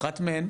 אחת מהן,